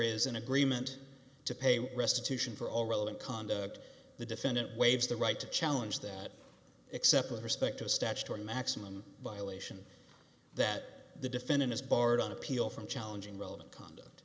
is an agreement to pay restitution for all relevant conduct the defendant waived the right to challenge that except with respect to a statutory maximum violation that the defendant is barred on appeal from challenging relevant conduct